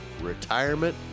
retirement